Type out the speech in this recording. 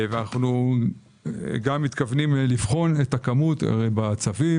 אנחנו גם מתכוונים לבחון את הכמות בצווים